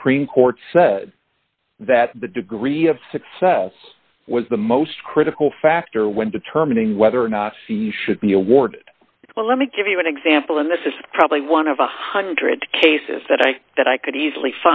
supreme court said that the degree of success was the most critical factor when determining whether or not he should be awarded well let me give you an example and this is probably one of a one hundred cases that i that i could easily